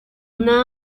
una